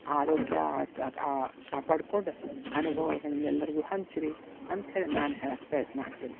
ಆರೋಗ್ಯ ಕಾಪಾಡ್ಕೊಂಡು ಅನುಭವಗಳನ್ನು ಎಲ್ಲರಿಗೂ ಹಂಚಿರಿ ಅಂತ ಹೇಳಿ ನಾನು ಹೇಳೋಕ್ ಪ್ರಯತ್ನ ಮಾಡ್ತೀನಿ